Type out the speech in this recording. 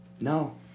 no